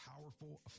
powerful